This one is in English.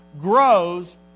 grows